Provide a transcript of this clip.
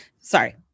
Sorry